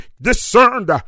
discerned